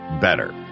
better